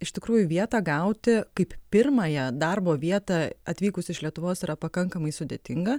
iš tikrųjų vietą gauti kaip pirmąją darbo vietą atvykus iš lietuvos yra pakankamai sudėtinga